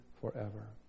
forever